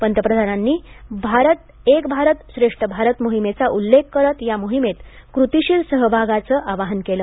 पंतप्रधानांनी आज एक भारत श्रेष्ठ भारत मोहिमेचा उल्लेख करत या मोहिमेत कृतिशील सहभागाचं आवाहन केलं